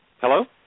Hello